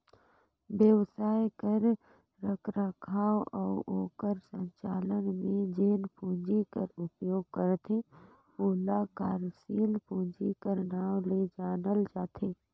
बेवसाय कर रखरखाव अउ ओकर संचालन में जेन पूंजी कर उपयोग करथे ओला कारसील पूंजी कर नांव ले जानल जाथे